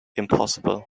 impossible